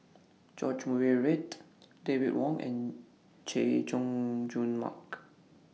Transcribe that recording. George Murray Reith David Wong and Chay Jung Jun Mark